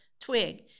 twig